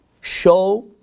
show